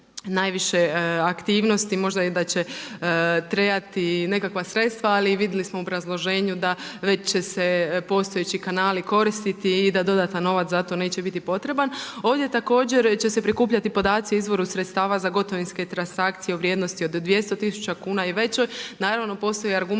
najviše aktivnosti i možda da će trebati nekakva sredstva, ali vidjeli smo u obrazloženju da već će se postojeći kanali koristiti i da dodatan novac ta to neće biti potreban. Ovdje također će se prikupljati podaci izvoru sredstva za gotovinske transakcije u vrijednosti od 200 tisuća kuna i većoj, naravno, postoje i argumenti